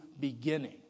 beginning